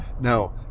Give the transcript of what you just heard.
Now